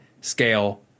scale